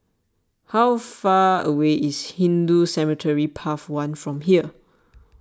how far away is Hindu Cemetery Path one from here